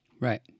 Right